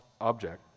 object